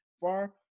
far